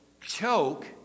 choke